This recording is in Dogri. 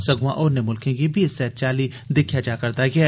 संगुआ होरनें मुल्खें गी बी इस्सै चाल्ली दिक्खेआ जा'रदा ऐ